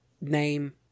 name